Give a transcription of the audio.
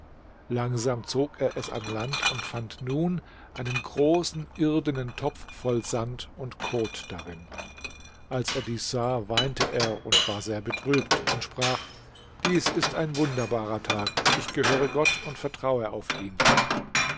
langsam zog er es an land und fand nun einen großen irdenen topf voll sand und kot darin als er dies sah weinte er und war sehr betrübt und sprach dies ist ein wunderbarer tag ich gehöre gott und vertraue auf ihn